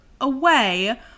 away